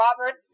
Robert